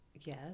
Yes